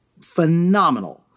phenomenal